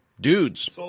dudes